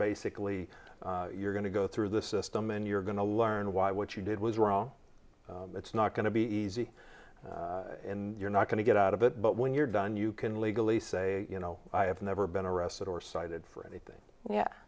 basically you're going to go through the system and you're going to learn why what you did was wrong it's not going to be easy you're not going to get out of it but when you're done you can legally say you know i have never been arrested or cited for anything yeah